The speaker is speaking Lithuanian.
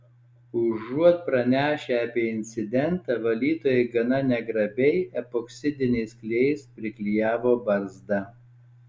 užuot pranešę apie incidentą valytojai gana negrabiai epoksidiniais klijais priklijavo barzdą